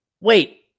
Wait